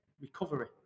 recovery